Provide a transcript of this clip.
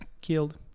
killed